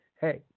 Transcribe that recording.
Hey